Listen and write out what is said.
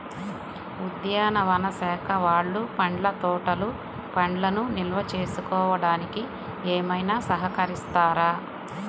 ఉద్యానవన శాఖ వాళ్ళు పండ్ల తోటలు పండ్లను నిల్వ చేసుకోవడానికి ఏమైనా సహకరిస్తారా?